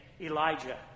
Elijah